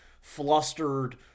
flustered